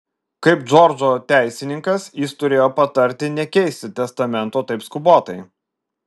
kaip džordžo teisininkas jis turėjo patarti nekeisti testamento taip skubotai